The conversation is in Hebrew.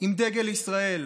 עם דגל ישראל?